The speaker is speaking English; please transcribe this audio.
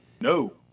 No